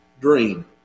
dream